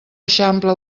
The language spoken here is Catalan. eixampla